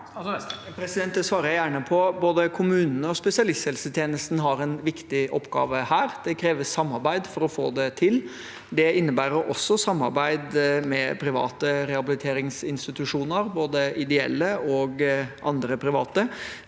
Det svarer jeg gjerne på. Både kommunene og spesialisthelsetjenesten har en viktig oppgave her, og det kreves samarbeid for å få det til. Det innebærer også samarbeid med private rehabiliteringsinstitusjoner, både ideelle og andre private.